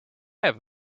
have